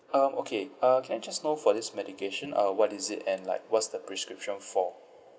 um okay uh can I just know for this medication uh what is it and like what's the prescription for